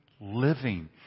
living